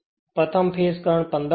પ્રથમ phase current 15 હતો